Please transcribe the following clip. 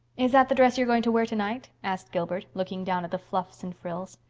is that the dress you're going to wear tonight? asked gilbert, looking down at the fluffs and frills.